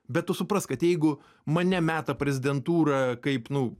bet tu suprask kad jeigu mane meta prezidentūra kaip nu